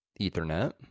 Ethernet